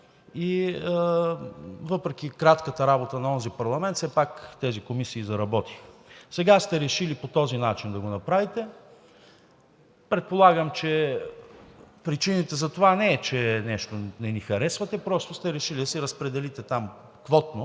и въпреки кратката работа на онзи парламент тези комисии заработиха. Сега сте решили по този начин да го направите. Предполагам, че причината за това не е, че нещо не ни харесвате, просто сте решили да си разпределите там квотно.